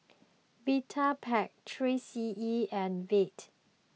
Vitapet three C E and Veet